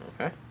Okay